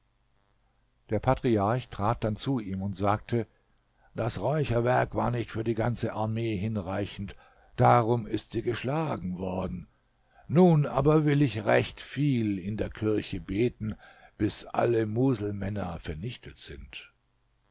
der patriarch trat dann zu ihm und sagte das räucherwerk war nicht für die ganze armee hinreichend darum ist sie geschlagen worden nun aber will ich recht viel in der kirche beten bis alle muselmänner vernichtet sind